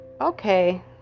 Okay